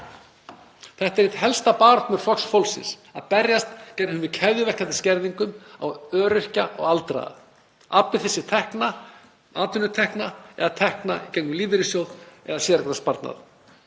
Þetta er eitt helsta baráttumál Flokks fólksins, að berjast gegn keðjuverkandi skerðingum á öryrkja og aldraða, afli þeir sér tekna, atvinnutekna eða tekna gegnum lífeyrissjóð eða séreignarsparnað.